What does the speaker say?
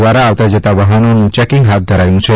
દ્વારા આવતા જતા વાહનોનું ચેકીગ હાથ ધરાયું છે